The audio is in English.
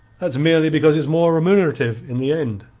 that's merely because it's more remunerative in the end.